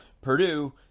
Purdue